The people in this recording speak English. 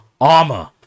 armor